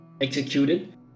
executed